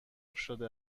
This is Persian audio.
شده